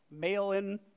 mail-in